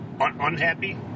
unhappy